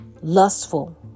lustful